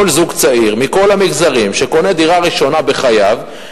כל זוג צעיר מכל המגזרים שקונה דירה ראשונה בחייו,